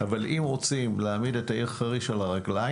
אבל אם רוצים להעמיד את העיר חריש על הרגליים